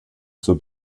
zur